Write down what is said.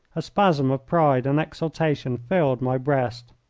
a spasm of pride and exultation filled my breast.